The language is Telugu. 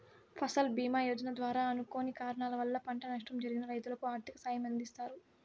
ఫసల్ భీమ యోజన ద్వారా అనుకోని కారణాల వల్ల పంట నష్టం జరిగిన రైతులకు ఆర్థిక సాయం అందిస్తారు